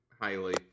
highly